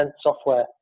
software